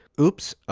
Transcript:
oops,